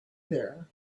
there